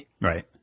right